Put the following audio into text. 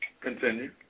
Continue